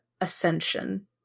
ascension